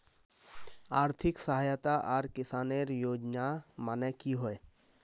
आर्थिक सहायता आर किसानेर योजना माने की होय?